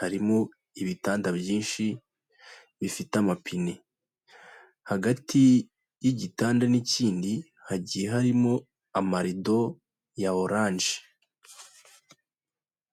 Harimo ibitanda byinshi bifite amapine. Hagati y'igitanda n'ikindi hagiye harimo amarido ya orange.